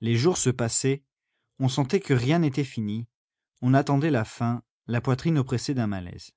les jours se passaient on sentait que rien n'était fini on attendait la fin la poitrine oppressée d'un malaise